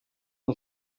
und